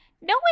No